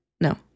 No